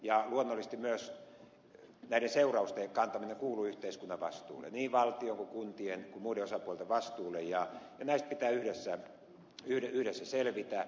ja luonnollisesti myös näiden seurausten kantaminen kuuluu yhteiskunnan vastuulle niin valtion kuin kuntien ja muiden osapuolten vastuulle ja näistä pitää yhdessä selvitä